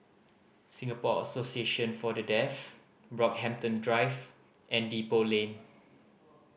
Singapore Association For The Deaf Brockhampton Drive and Depot Lane